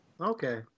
Okay